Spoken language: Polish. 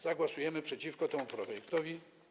Zagłosujemy przeciwko temu projektowi.